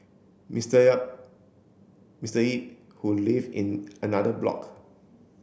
Mister Yap Mister Yip who lived in another block